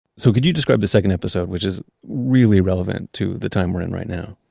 so could you describe the second episode, which is really relevant to the time we're in right now?